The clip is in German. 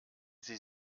sie